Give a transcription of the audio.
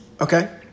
Okay